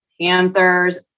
panthers